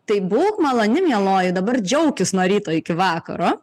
tai būk maloni mieloji dabar džiaukis nuo ryto iki vakaro